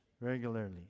regularly